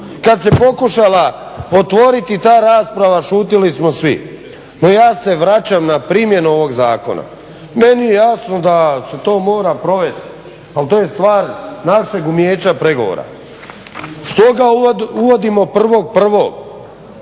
Kad se pokušala otvoriti ta rasprava šutili smo svi. No, ja se vraćam na primjenu ovog zakona. Meni je jasno da se to mora provesti, ali to je stvar našeg umijeća pregovora. Što ga uvodimo 1.1.? Što